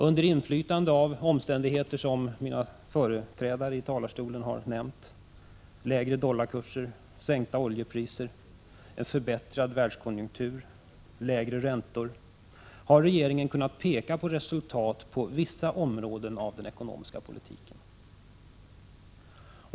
Under inflytande av omständigheter som mina företrädare i talarstolen har nämnt — lägre dollarkurser, sänkta oljepriser, en förbättrad världskonjunktur och lägre räntor — har regeringen kunna peka på resultat på vissa områden av den ekonomiska politiken.